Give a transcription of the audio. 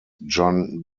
john